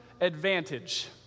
advantage